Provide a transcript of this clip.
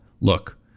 Look